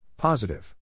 Positive